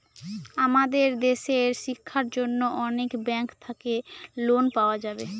আমাদের দেশের শিক্ষার জন্য অনেক ব্যাঙ্ক থাকে লোন পাওয়া যাবে